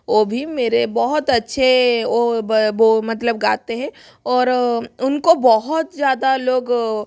वो भी मेरे बहुत अच्छे वो ब वो मतलब गाते हैं और उनको बहुत ज़्यादा लोग